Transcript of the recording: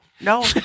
no